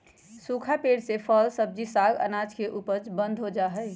सूखा पेड़ से फल, सब्जी, साग, अनाज के उपज बंद हो जा हई